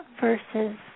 versus